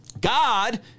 God